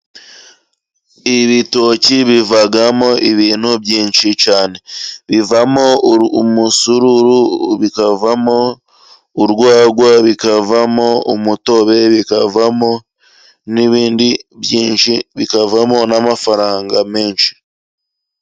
Ibitoki bivamo ibintu byinshi cyane. Bivamo umusururu bikavamo urwagwa ,bikavamo umutobe bikavamo n'ibindi byinshi bikavamo n'amafaranga menshi.